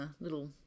little